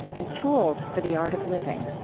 and tools for the art of living